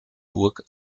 burg